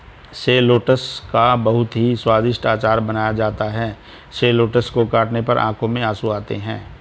shallots का बहुत ही स्वादिष्ट अचार बनाया जाता है शैलोट्स को काटने पर आंखों में आंसू आते हैं